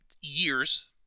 years